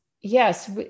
yes